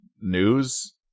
news